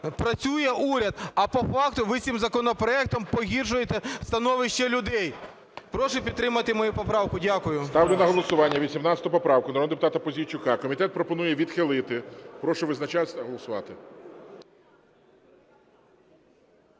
працює уряд. А по факту ви цим законопроектом погіршуєте становище людей. Прошу підтримати мою поправку. Дякую. ГОЛОВУЮЧИЙ. Ставлю на голосування 18 поправку народного депутата Пузійчука. Комітет пропонує відхилити. Прошу визначатись та голосувати.